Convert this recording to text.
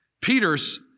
Peter's